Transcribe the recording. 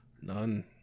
None